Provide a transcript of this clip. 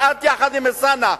את יחד עם אלסאנע,